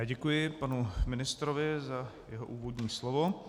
Děkuji panu ministrovi za jeho úvodní slovo.